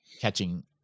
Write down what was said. catching